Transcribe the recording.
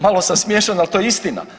Malo sam smiješan, ali to je istina.